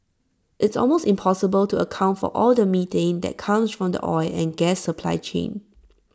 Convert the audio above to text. it's almost impossible to account for all the methane that comes from the oil and gas supply chain